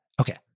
Okay